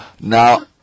Now